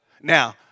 Now